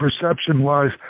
perception-wise